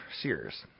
Sears